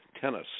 tennis